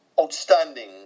outstanding